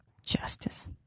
justice